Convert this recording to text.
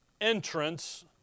entrance